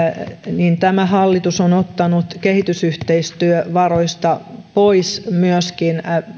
tämä hallitus on ottanut kehitysyhteistyövaroista pois myöskin